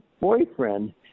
boyfriend